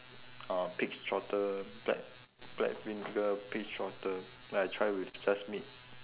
uh pigs' trotter black black vinegar pigs' trotter then I try with sesame